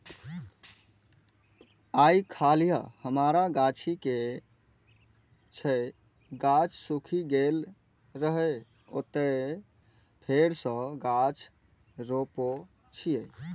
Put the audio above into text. आइकाल्हि हमरा गाछी के जे गाछ सूखि गेल रहै, ओतय फेर सं गाछ रोपै छियै